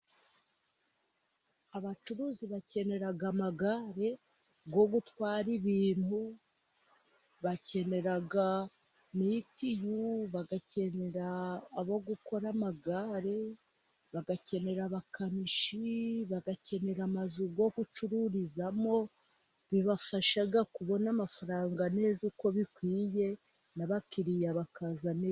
Abacuruzi bakenera amagare yo gutwara ibintu, bakenera mitiyu, bagakenera abo gukora amagare, bagakenera abakanishi, bagakenera amazu yo gucururizamo, bibafasha kubona amafaranga neza uko bikwiye n'abakiriya bakaza neza.